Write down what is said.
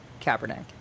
Kaepernick